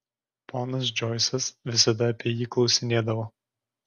ponas džoisas visada apie jį klausinėdavo